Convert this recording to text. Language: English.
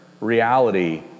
reality